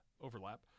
overlap